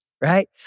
right